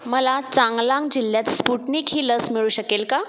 मला चांगलांग जिल्ह्यात स्पुटनिक ही लस मिळू शकेल का